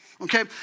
okay